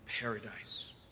paradise